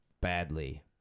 badly